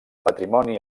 patrimoni